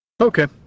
Okay